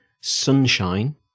sunshine